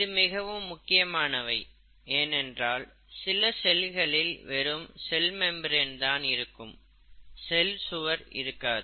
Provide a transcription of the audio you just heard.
இது மிகவும் முக்கியமானவை ஏனென்றால் சில செல்களில் வெறும் செல் மெம்பிரன் தான் இருக்கும் செல்சுவர் இருக்காது